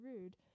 rude